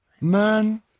Man